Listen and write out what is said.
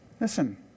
Listen